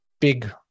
big